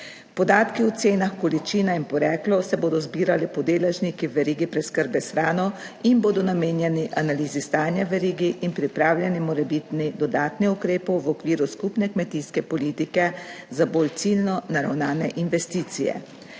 Podatki o cenah, količinah in poreklo se bodo zbirali pod deležniki v verigi preskrbe s hrano in bodo namenjeni analizi stanja v verigi in pripravljeni morebitni dodatni ukrepi v okviru skupne kmetijske politike za bolj ciljno naravnane investicije.